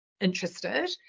interested